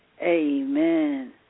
Amen